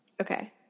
Okay